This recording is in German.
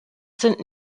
sind